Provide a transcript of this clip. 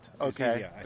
Okay